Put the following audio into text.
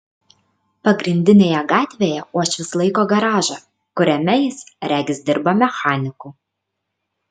pagrindinėje gatvėje uošvis laiko garažą kuriame jis regis dirba mechaniku